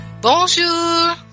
Bonjour